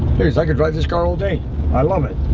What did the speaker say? i could drive this car all day i love it